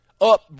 up